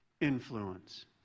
influence